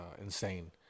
insane